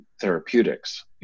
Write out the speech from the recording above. therapeutics